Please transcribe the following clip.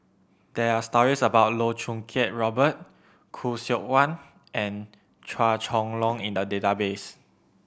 there are stories about Loh Choo Kiat Robert Khoo Seok Wan and Chua Chong Long in the database